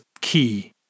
key